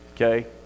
okay